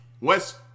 West